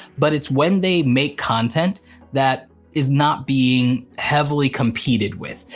but it's when they make content that is not being heavily competed with,